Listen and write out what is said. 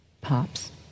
pops